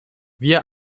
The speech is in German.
wir